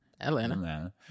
Atlanta